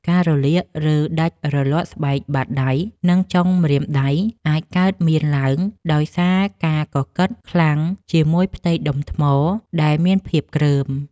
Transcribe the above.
ការរលាក ឬដាច់រលាត់ស្បែកបាតដៃ និងចុងម្រាមដៃ អាចកើតមានឡើងដោយសារការកកិតខ្លាំងជាមួយផ្ទៃដុំថ្មដែលមានភាពគ្រើម។